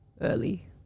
early